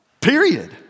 period